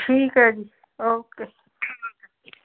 ਠੀਕ ਹੈ ਜੀ ਓਕੇ ਠੀਕ ਹੈ ਜੀ